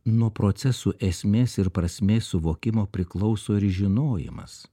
nuo procesų esmės ir prasmės suvokimo priklauso ir žinojimas